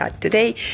today